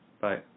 Bye